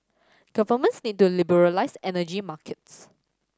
governments need to liberalise energy markets